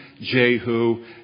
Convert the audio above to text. Jehu